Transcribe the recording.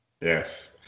Yes